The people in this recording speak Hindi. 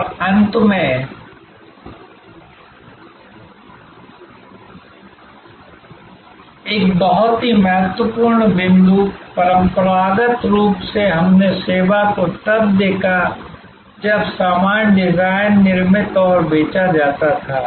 और अंत में एक बहुत ही महत्वपूर्ण बिंदु परंपरागत रूप से हमने सेवा को तब देखा जब सामान डिजाइन निर्मित और बेचा जाता था